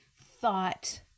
thought